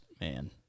man